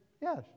yes